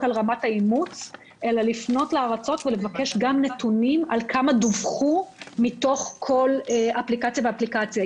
על רמת האימוץ אלא גם על כמה דוּוחו מתוך כל אפליקציה ואפליקציה.